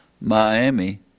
Miami